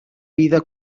vida